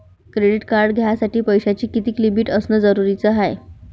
Credit card घ्यासाठी पैशाची कितीक लिमिट असनं जरुरीच हाय?